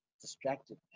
distracted